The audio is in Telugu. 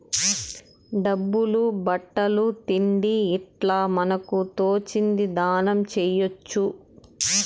డబ్బులు బట్టలు తిండి ఇట్లా మనకు తోచింది దానం చేయొచ్చు